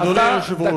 אדוני היושב-ראש,